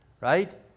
Right